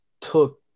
took